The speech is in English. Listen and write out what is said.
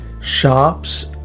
shops